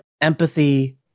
empathy